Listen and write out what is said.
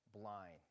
blind